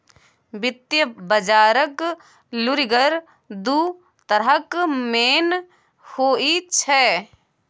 वित्तीय बजारक लुरिगर दु तरहक मेन होइ छै